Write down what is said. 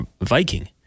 Viking